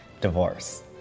divorce